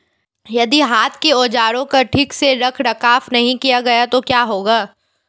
यदि हाथ के औजारों का ठीक से रखरखाव नहीं किया गया तो क्या होगा?